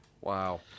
Wow